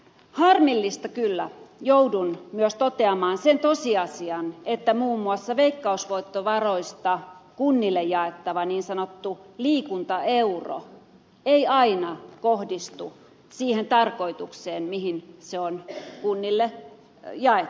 harmillista kyllä joudun myös toteamaan sen tosiasian että muun muassa veikkausvoittovaroista kunnille jaettava niin sanottu liikuntaeuro ei aina kohdistu siihen tarkoitukseen mihin se on kunnille jaettu